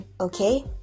Okay